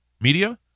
Media